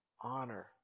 honor